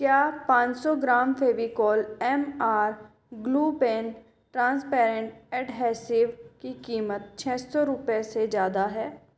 क्या पाँच सौ gram Fevicol M R glue pen transparent adhesive की कीमत से छ सौ रुपये से ज़्यादा है